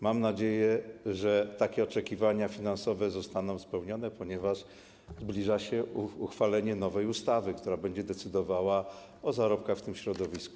Mam nadzieję, że takie oczekiwania finansowe zostaną spełnione, ponieważ zbliża się uchwalenie nowej ustawy, która będzie decydowała o zarobkach w tym środowisku.